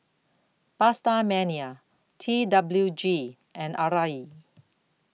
PastaMania T W G and Arai